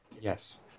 Yes